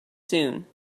soon